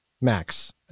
Max